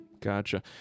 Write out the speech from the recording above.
Gotcha